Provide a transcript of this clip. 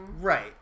Right